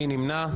מי נמנע?